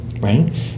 right